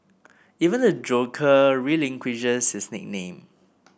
even the Joker relinquishes his nickname